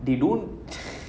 they don't